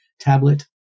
tablet